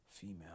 Female